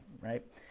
right